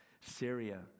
Syria